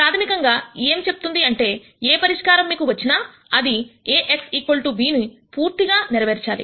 ప్రాథమికంగా ఏం చెప్తుంది అంటే ఏ పరిష్కారం మీకు వచ్చిన అది A x b ను పూర్తిగా నెరవేర్చాలి